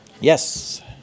Yes